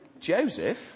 Joseph